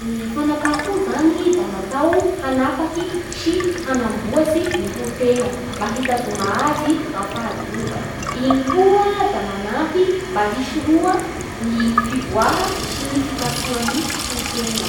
Ny fanapaha hoho zany da natao hanapaky sy hanamboasy ny hoho tenamba hitazoma azy amy fahadiova. Igny koa da manampy mba hisoroha ny fivoaha sy ny fikasohan'ny hohotena.